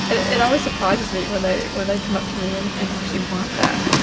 it always surprises me when they when they come up to me and and actually want that.